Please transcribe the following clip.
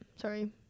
Sorry